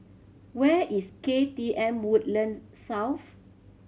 where is K T M Woodland South